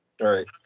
Right